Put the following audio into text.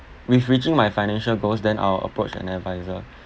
with reaching my financial goals then I'll approach an advisor